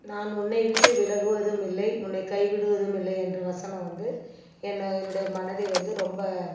நான் உன்னை விட்டு விலகுவதும் இல்லை உன்னை கைவிடுவதும் இல்லை என்ற வசனம் வந்து என்னை என்னுடைய மனதை வந்து ரொம்ப